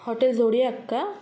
hello hotel झोडीआक का